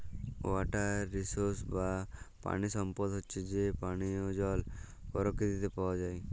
water resources বা পানি সম্পদ হচ্যে যে পানিয় জল পরকিতিতে পাওয়া যায়